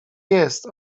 jest